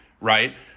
right